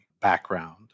background